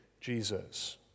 Jesus